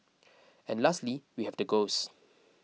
and lastly we have the ghosts